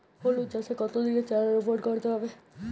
হলুদ চাষে কত দিনের চারা রোপন করতে হবে?